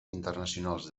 internacionals